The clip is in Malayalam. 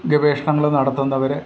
ഗവേഷണങ്ങൾ നടത്തുന്നവർ